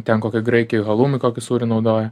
ten kokioj graikijoj halumi kokį sūrį naudoja